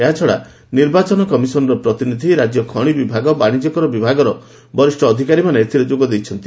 ଏହାଛଡ଼ା ନିର୍ବାଚନ କମିଶନର ପ୍ରତିନିଧି ରାଜ୍ୟ ଖଣି ବିଭାଗ ବାଶିଜ୍ୟ କର ବିଭାଗର ବରିଷ ଅଧିକାରୀମାନେ ଏଥିରେ ଯୋଗ ଦେଇଛନ୍ତି